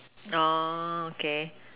oh okay